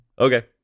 Okay